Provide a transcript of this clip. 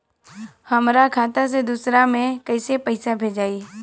हमरा खाता से दूसरा में कैसे पैसा भेजाई?